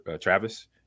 Travis